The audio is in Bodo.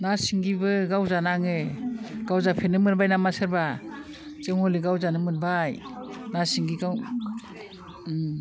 ना सिंगिबो गावजानाङो गावजाफेरनो मोनबाय नामा सोरबा जों हले गावजानो मोनबाय ना सिंगिखौ